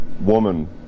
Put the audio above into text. woman